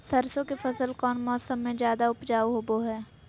सरसों के फसल कौन मौसम में ज्यादा उपजाऊ होबो हय?